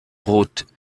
brottes